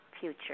future